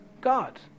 God